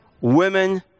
women